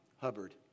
Hubbard